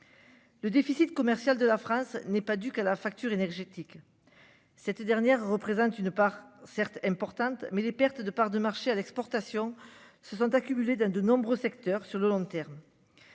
Le déficit commercial de la phrase n'est pas due qu'à la facture énergétique. Cette dernière représente une part certes importante mais les pertes de parts de marché à l'exportation se sont accumulées dans de nombreux secteurs sur le long terme.